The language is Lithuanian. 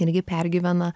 irgi pergyvena